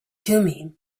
thummim